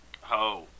Ho